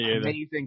amazing